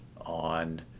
on